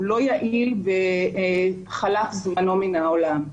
הוא לא יעיל וחלף זמנו מן העולם.